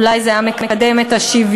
אולי זה היה מקדם את השוויון,